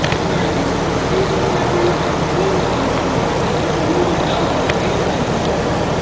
the very people. jesus never even accused them of changing the words and he would know, he gave them to them!